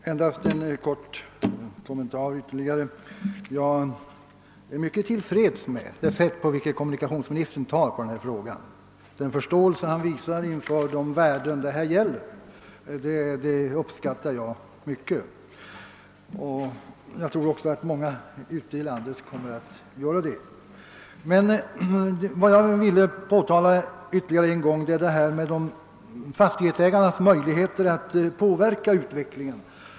Herr talman! Endast en kort kom mentar! Jag är mycket till freds med civilminisierns sätt att ta på denna fråga och den förståelse han visar för de värden det här gäller. Det uppskattar jag mycket, och jag tror att många ute i landet också kommer att göra det. Vad jag vill påtala ytterligare en gång är fastighetsägarnas möjligheter att påverka utvecklingen.